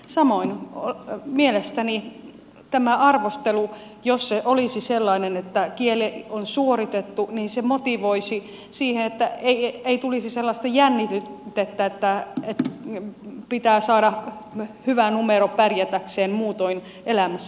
samoin mielestäni tämä arvostelu jos se olisi sellainen että kieli on suoritettu motivoisi siihen että ei tulisi sellaista jännitettä että pitää saada hyvä numero pärjätäkseen muutoin elämässä